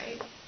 right